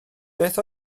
beth